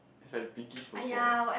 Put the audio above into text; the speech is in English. is like pinkish purple